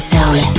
Soul